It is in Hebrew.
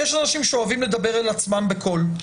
יש אנשים שאוהבים לדבר אל עצמם בקול,